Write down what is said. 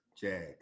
jags